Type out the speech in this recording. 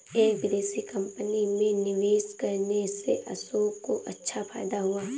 एक विदेशी कंपनी में निवेश करने से अशोक को अच्छा फायदा हुआ